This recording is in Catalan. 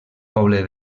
poble